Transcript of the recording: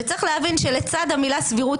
וצריך להבין שלצד המילה סבירות,